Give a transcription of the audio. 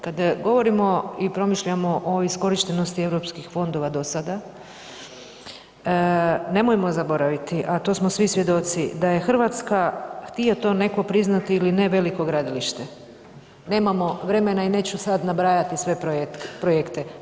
Kad govorimo i promišljamo o iskorištenosti Europskih fondova do sada nemojmo zaboraviti, a to smo svi svjedoci da je Hrvatska htio to netko priznati ili ne veliko gradilište, nemamo vremena i neću sada nabrajati sve projekte.